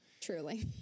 Truly